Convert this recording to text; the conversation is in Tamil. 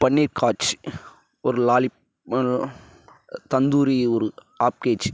பன்னீர் காட்ச் ஒரு லாலிப் தந்தூரி ஒரு ஆப் கேஜ்